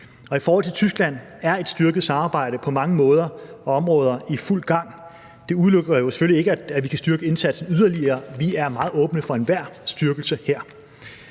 i forhold til Tyskland er et styrket samarbejde på mange måder og områder i fuld gang. Det udelukker selvfølgelig ikke, at vi kan styrke indsatsen yderligere. Vi er meget åbne for enhver styrkelse her.